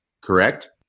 correct